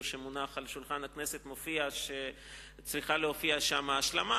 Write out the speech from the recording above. שמונח על שולחן הכנסת מופיע שצריכה להופיע שם השלמה.